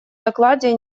докладе